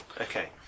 okay